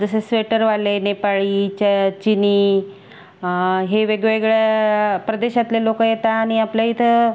जसे स्वेटरवाले नेपाळी च चिनी हे वेगवेगळ्या प्रदेशातले लोक येतात आणि आपल्या इथं